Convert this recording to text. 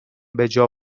بجا